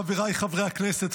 חבריי חברי הכנסת,